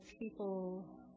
people